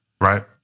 right